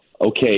okay